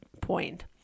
point